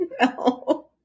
No